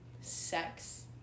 sex